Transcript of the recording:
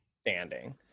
standing